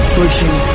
pushing